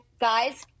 guys